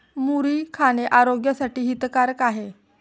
मुरी खाणे आरोग्यासाठी हितकारक आहे